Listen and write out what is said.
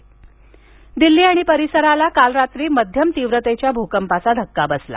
दिल्ली भूकंप दिल्ली आणि परिसराला काल रात्री मध्यम तीव्रतेच्या भूकंपाचा धक्का बसला